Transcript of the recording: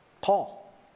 Paul